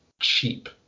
cheap